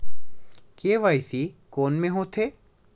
KYC कोन में होथे?